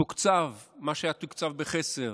תוקצב מה שתוקצב בחסר